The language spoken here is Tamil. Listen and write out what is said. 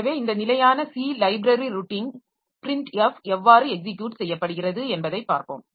எனவே இந்த நிலையான C லைப்ரரி ரொட்டீன் printf எவ்வாறு எக்ஸிக்யுட் செய்யப்படுகிறது என்பதைப் பார்ப்போம்